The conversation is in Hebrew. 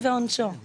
זו דוגמה בולטת.